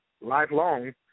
lifelong